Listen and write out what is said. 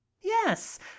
yes